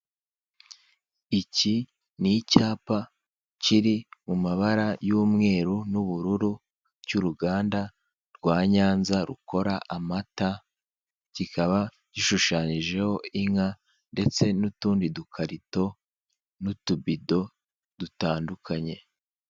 Iki ni icyapa kiri mu mabara y'umweru n'ubururu cy'uruganda rwa Nyanza rukora amata, kikaba gishushanyijeho inka ndetse n'utundi dukarito n'utubido dutandukanye.